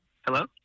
Hello